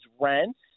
rents